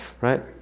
right